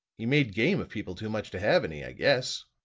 he made game of people too much to have any i guess.